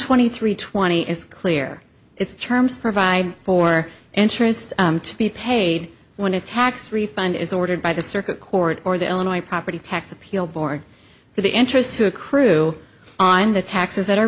twenty three twenty is clear its terms provide for interest to be paid when a tax refund is ordered by the circuit court or the illinois property tax appeal board for the interest to accrue on the taxes that are